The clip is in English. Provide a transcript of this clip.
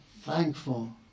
thankful